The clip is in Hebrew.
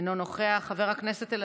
חבר הכנסת ג'אבר עסאקלה,